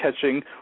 catching